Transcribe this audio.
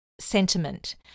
Sentiment